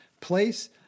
Place